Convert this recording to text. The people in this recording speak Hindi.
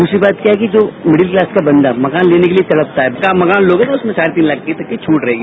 दूसरी बात क्या है कि जो मिडिल क्लास का बंदा मकान लेने के लिए तड़पता है क्या आप मकान लोगे उसमें साढ़े तीन लाख की तक की छूट रहेगी